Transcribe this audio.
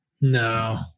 No